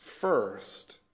first